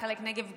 חלק נגב וגליל,